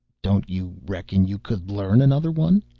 don't you reckon you could learn another one?